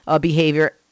behavior